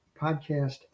podcast